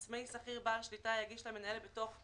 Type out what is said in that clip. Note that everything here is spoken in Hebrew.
עצמאי או שכיר בעל שליטה יגיש למנהל בתוך ---"